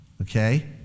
Okay